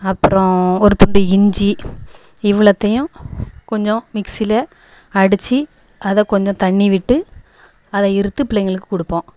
அப்பறம் ஒரு துண்டு இஞ்சி இவ்வளோத்தையும் கொஞ்சம் மிக்ஸியில் அடிச்சு அதை கொஞ்சம் தண்ணி விட்டு அதை இறுத்து பிள்ளைங்களுக்கு கொடுப்போம்